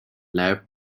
lab